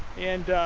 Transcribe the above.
and